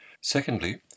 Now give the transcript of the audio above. Secondly